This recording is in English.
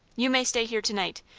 you may stay here to-night,